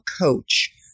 coach